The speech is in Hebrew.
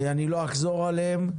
אני לא אחזור עליהן.